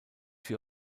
für